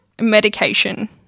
medication